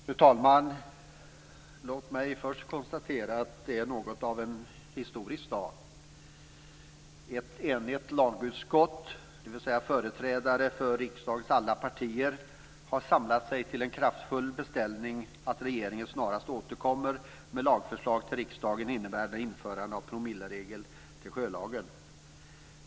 Fru talman! Låt mig först konstatera att det är något av en historisk dag. Ett enigt lagutskott, dvs. företrädare för riksdagens alla partier, har samlat sig till en kraftfull beställning till regeringen att snarast återkomma med lagförslag till riksdagen innebärande införande av promilleregel i sjölagen.